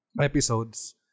episodes